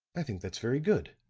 i think that's very good,